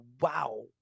wow